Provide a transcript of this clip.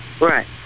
right